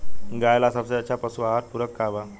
गाय ला सबसे अच्छा पशु आहार पूरक का बा?